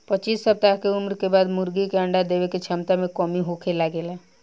पच्चीस सप्ताह के उम्र के बाद मुर्गी के अंडा देवे के क्षमता में कमी होखे लागेला